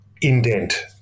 indent